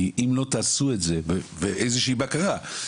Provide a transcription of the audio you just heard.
כי אם לא תעשו את זה ואיזושהי בקרה,